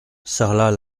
sarlat